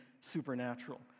supernatural